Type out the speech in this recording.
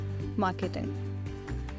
marketing